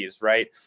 right